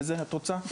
איזה את רוצה?